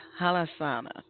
halasana